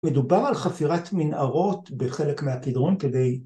מדובר על חפירת מנהרות בחלק מהקדרון כדי